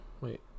wait